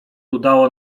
udało